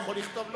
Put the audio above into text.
יכול לכתוב,